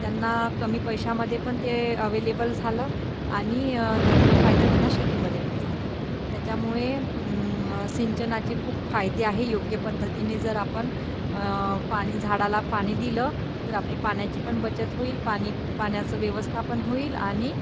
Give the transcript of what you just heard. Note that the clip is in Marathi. त्यांना कमी पैशामध्ये पण ते अवेलेबल झालं आणि त्यांचा फायदा त्यांना शेतीमध्ये पण झाला त्याच्यामुळे सिंचनाचे खूप फायदे आहे योग्य पद्धतीने जर आपण पाणी झाडाला पाणी दिलं तर आपली पाण्याची पण बचत होईल पाणी पाण्याचा व्यवस्था पण होईल आणि